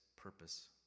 purpose